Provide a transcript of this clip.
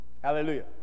Hallelujah